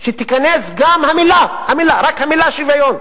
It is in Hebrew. שתיכנס גם המלה, רק המלה, "שוויון"